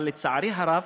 אבל לצערי הרב,